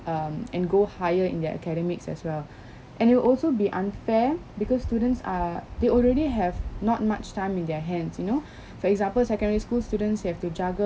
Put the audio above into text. um and go higher in their academics as well and it will also be unfair because students are they already have not much time in their hands you know for example secondary school students have to juggle